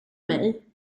mig